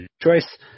choice